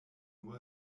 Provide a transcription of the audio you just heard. nur